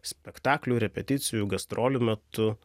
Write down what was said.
spektaklių repeticijų gastrolių metu